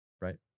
right